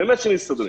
באמת מסתדרים,